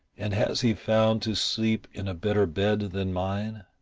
and has he found to sleep in a better bed than mine?